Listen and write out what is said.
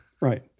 right